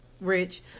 rich